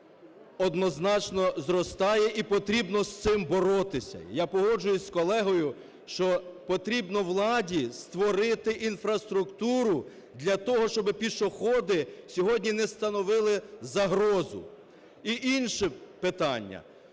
однозначно зростає, і потрібно з цим боротися. Я погоджуюсь з колегою, що потрібно владі створити інфраструктуру для того, щоб пішоходи сьогодні не становили загрозу. І інше питання.